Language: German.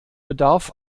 bedarf